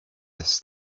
this